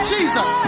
Jesus